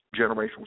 generational